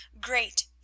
Great